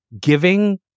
giving